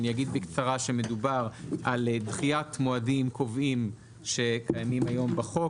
אני אגיד בקצרה שמדובר על דחיית מועדים קובעים שקיימים היום בחוק,